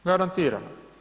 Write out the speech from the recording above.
Garantiram.